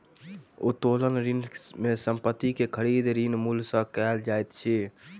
उत्तोलन ऋण में संपत्ति के खरीद, ऋण मूल्य सॅ कयल जाइत अछि